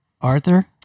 Arthur